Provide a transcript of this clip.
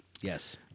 Yes